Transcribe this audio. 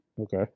Okay